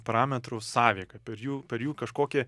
parametrų sąveiką per jų per jų kažkokį